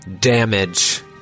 damage